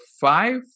five